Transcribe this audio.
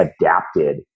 adapted